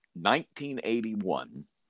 1981